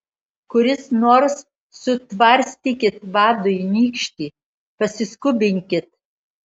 kuris nors sutvarstykit vadui nykštį pasiskubinkit